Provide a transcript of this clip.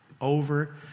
over